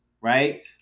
right